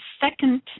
second